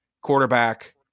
quarterback